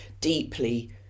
deeply